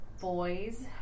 boys